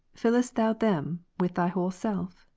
fillest thou them with thy whole self?